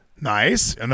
Nice